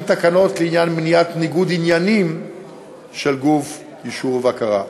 תקנות לעניין מניעת ניגוד עניינים של גוף אישור ובקרה.